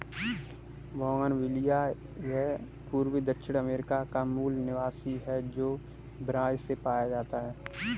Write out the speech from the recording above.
bougainvillea यह पूर्वी दक्षिण अमेरिका का मूल निवासी है, जो ब्राज़ से पाया जाता है